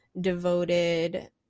devoted